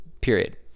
Period